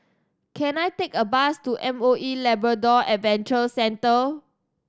can I take a bus to M O E Labrador Adventure Centre